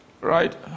right